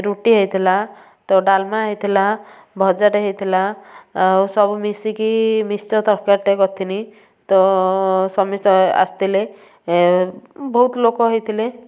ରୁଟି ହେଇଥିଲା ତ ଡାଲମା ହେଇଥିଲା ଭଜାଟେ ହେଇଥିଲା ଆଉ ସବୁ ମିଶିକି ମିକ୍ସଚର ତରକାରୀଟେ କରିଥିନି ତ ସମିସ୍ତେ ଆସିଥିଲେ ବହୁତ ଲୋକ ହେଇଥିଲେ